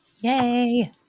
Yay